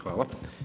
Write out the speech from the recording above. Hvala.